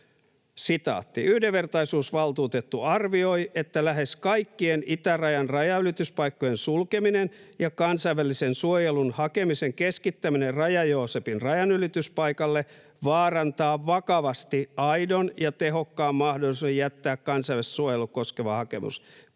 seuraavaa: ”Yhdenvertaisuusvaltuutettu arvioi, että lähes kaikkien itärajan rajanylityspaikkojen sulkeminen ja kansainvälisen suojelun hakemisen keskittäminen Raja- Joosepin rajanylityspaikalle vaarantaa vakavasti aidon ja tehokkaan mahdollisuuden jättää kansainvälistä suojelua koskeva hakemus.” No,